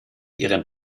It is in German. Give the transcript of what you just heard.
ihren